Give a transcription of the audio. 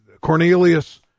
Cornelius